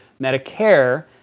Medicare